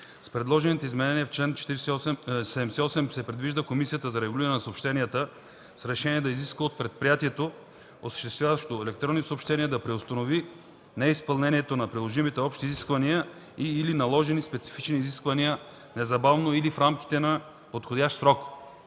С предложените изменения в чл. 78 се предвижда Комисията за регулиране на съобщенията (КРС) с решение да изисква от предприятието, осъществяващо електронни съобщения, да преустанови неизпълнението на приложимите общи изисквания и/или наложени специфични изисквания незабавно или в рамките на подходящ срок.